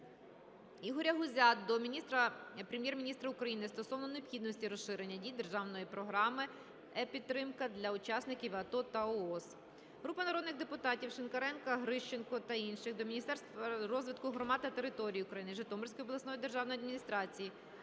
Ігоря Гузя до Прем'єр-міністра України стосовно необхідності розширення дії державної Програми "єПідтримка" для учасників АТО та ООС. Групи народних депутатів (Пушкаренка, Грищенка та інших) до Міністерства розвитку громад та територій України, Житомирської обласної державної адміністрації